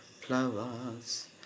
flowers